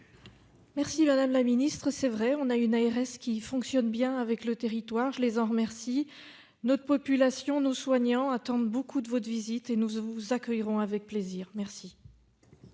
Merci, madame la ministre. Il est vrai que l'ARS fonctionne bien dans notre territoire, je l'en remercie. Notre population, nos soignants attendent beaucoup de votre visite et nous vous accueillerons avec plaisir. La